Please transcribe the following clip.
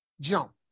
jump